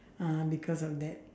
ah because of that